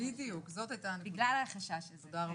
בגלל החשש הזה.